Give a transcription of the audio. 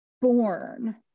born